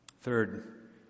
Third